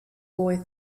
boy